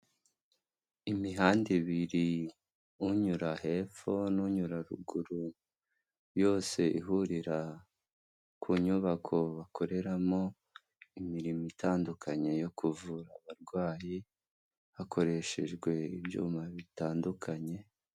Imihanda ibiri unyura hepfo n'unyura ruguru yose ihurira ku nyubako bakoreramo imirimo itandukanye yo kuvura abarwayi hakoreshejwe ibyuma bitandukanye.